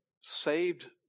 saved